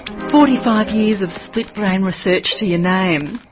forty-five years of split-brain research to your name,